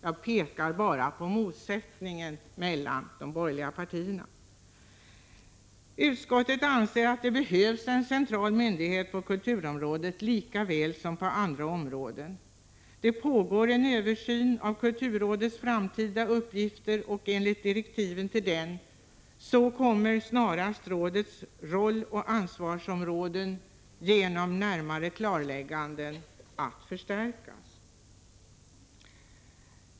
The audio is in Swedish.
Jag ger nu bara några exempel på motsättningarna mellan de borgerliga partierna. Utskottet anser att det behövs en central myndighet på kulturområdet lika väl som på andra områden. En översyn pågår av kulturrådets framtida uppgifter. Enligt direktiven till utredningen kommer rådets roll och ansvarsområde snarast genom ett närmare klarläggande att förstärkas.